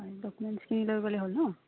হয় ডকুমেণ্টছখিনি লৈ গলে হ'ল ন